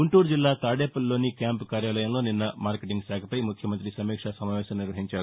గుంటూరు జిల్లా తాదేపల్లిలోని క్యాంపు కార్యాలయంలో నిన్న మార్కెటింగ్ శాఖపై ముఖ్యమంతి సమీక్షా సమావేశం నిర్వహించారు